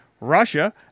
Russia